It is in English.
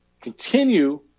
Continue